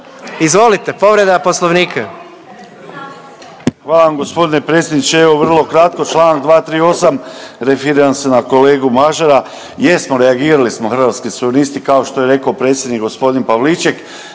izvolite povreda poslovnika.